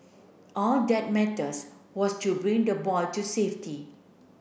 all that mattes was to bring the boy to safety